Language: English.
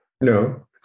No